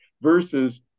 versus